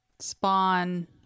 Spawn